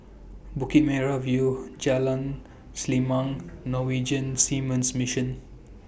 Bukit Merah View Jalan Selimang Norwegian Seamen's Mission